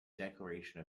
declaration